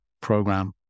program